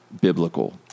biblical